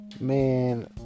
Man